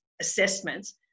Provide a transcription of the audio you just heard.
Assessments